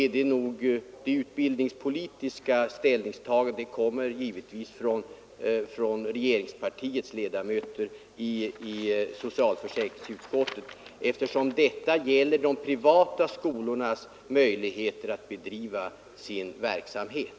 Jag vill säga att de utbildningspolitiska ställningstagandena har gjorts av regeringspartiets ledamöter i socialförsäkringsutskottet. Frågan gäller de privata skolornas möjligheter att bedriva sin verksamhet.